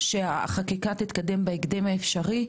שהחקיקה תתקדם בהקדם האפשרי,